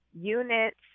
units